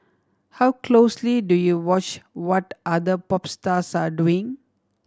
how closely do you watch what other pop stars are doing